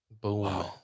Boom